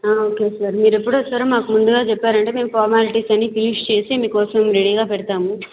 okay sir మీరెప్పుడొస్తారో మాకు ముందుగా చెప్పారంటే మేము ఫార్మాలిటీస్ అన్నీ ఫినిష్ చేసి మీకోసం రెడీగా పెడతాము